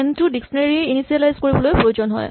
N to dictionary initialise কৰিবলৈ প্ৰয়োজন হয়